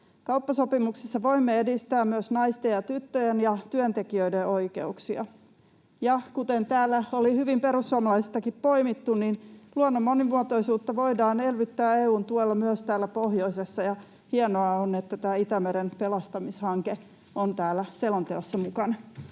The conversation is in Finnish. Kauppasopimuksissa voimme edistää myös naisten ja tyttöjen ja työntekijöiden oikeuksia. Ja kuten täällä oli hyvin perussuomalaisistakin poimittu, niin luonnon monimuotoisuutta voidaan elvyttää EU:n tuella myös täällä pohjoisessa, ja hienoa on, että tämä Itämeren pelastamishanke on täällä selonteossa mukana.